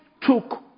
took